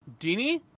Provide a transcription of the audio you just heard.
Dini